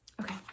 okay